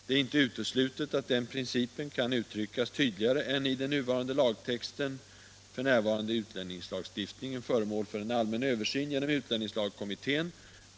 Det är inte uteslutet att denna princip kan uttryckas tydligare än i den nuvarande lagtexten. F. n. är utlänningslagstiftningen föremål för en allmän översyn genom utlänningslagkommittén .